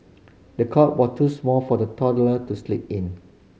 the cot was too small for the toddler to sleep in